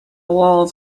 walls